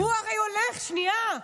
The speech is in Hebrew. הוא הרי הולך, שנייה.